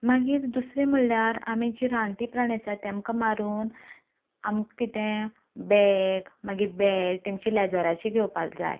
मागीर दुसरें म्हणल्यार आमी जीं रानटी प्राणी आसा तेमकां मारून आमी कितें बॅग मागीर बॅल्ट तेमचीं लॅदराचीं घेवपाक जाय